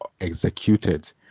executed